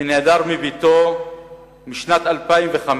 שנעדר מביתו משנת 2005,